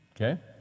Okay